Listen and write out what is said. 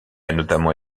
notamment